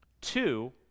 Two